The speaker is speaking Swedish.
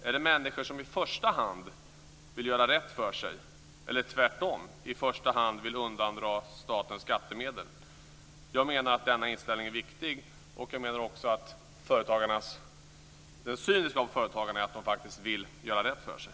Är det människor som i första hand vill göra rätt för sig, eller tvärtom i första hand vill undandra staten skattemedel? Jag menar att denna fråga är viktig. Jag menar också att vi ska ha den synen på företagarna att de faktiskt vill göra rätt för sig.